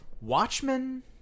Watchmen